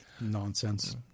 nonsense